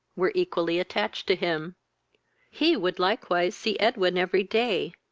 were equally attached to him he would likewise see edwin every day,